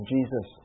Jesus